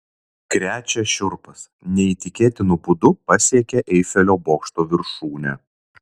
krečia šiurpas neįtikėtinu būdu pasiekė eifelio bokšto viršūnę